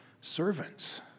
servants